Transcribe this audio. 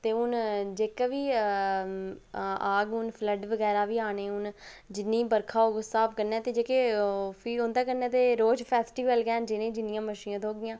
ते हुन जेह्का बी औग हुन फलड्ड बगैरा बी औने हुन जिन्नी बरखा होग उस स्हाब कन्नै ते जेह्के फ्ही उं'दे कन्नै ते रोज फैस्टीबल गै न जि'ने ईं जिन्नियां मच्छियां थ्होगियां